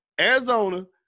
Arizona